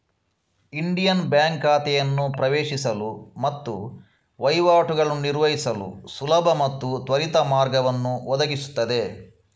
Indian bank ಖಾತೆಯನ್ನು ಪ್ರವೇಶಿಸಲು ಮತ್ತು ವಹಿವಾಟುಗಳನ್ನು ನಿರ್ವಹಿಸಲು ಸುಲಭ ಮತ್ತು ತ್ವರಿತ ಮಾರ್ಗವನ್ನು ಒದಗಿಸುತ್ತದೆ